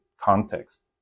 context